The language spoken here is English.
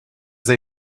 they